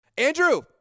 Andrew